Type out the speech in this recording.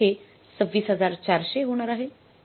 हे 26400 होणार आहे